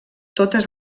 totes